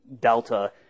Delta